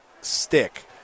stick